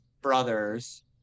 brothers